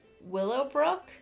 Willowbrook